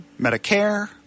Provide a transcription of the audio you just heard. medicare